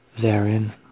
therein